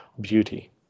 beauty